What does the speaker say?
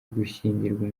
gushyingirwa